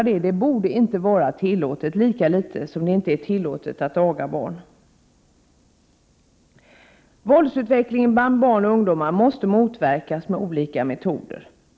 Det borde inte vara tillåtet, liksom det inte heller är tillåtet att aga barn. Våldsutvecklingen bland barn och ungdomar måste motverkas med olika metoder.